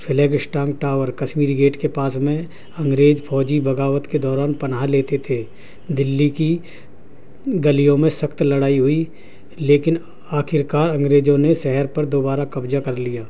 flag staff tower Kashmiri gate کے پاس میں انگریز فوجی بغاوت کے دوران پناہ لیتے تھے دلی کی گلیوں میں سخت لڑائی ہوئی لیکن آخرکار انگریزوں نے شہر پر دوبارہ قبضہ کر لیا